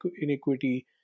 inequity